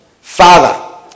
Father